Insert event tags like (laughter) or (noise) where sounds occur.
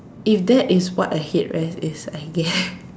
if that is what a head rest is I guess (breath)